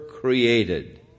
created